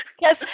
yes